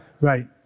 right